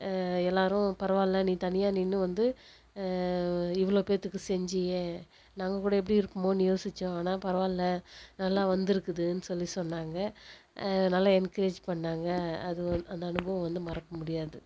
எல்லாேரும் பரவாயில்ல நீ தனியாக நின்று வந்து இவ்வளோ பேத்துக்கு செஞ்சியே நாங்கள் கூட எப்படி இருக்குமோனு யோசித்தோம் ஆனால் பரவாயில்ல நல்லா வந்துருக்குதுனு சொல்லி சொன்னாங்க நல்லா என்கரேஜ் பண்ணாங்க அது அந்த அனுபவம் வந்து மறக்க முடியாது